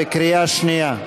בקריאה שנייה.